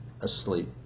asleep